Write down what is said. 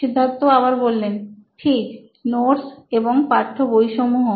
সিদ্ধার্থ ঠিক নোটস এবং পাঠ্যবইসমূহ